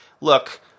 look